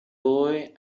boy